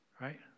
right